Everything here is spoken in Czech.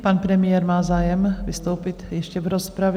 Pan premiér má zájem vystoupit ještě v rozpravě?